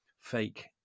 fake